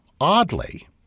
Oddly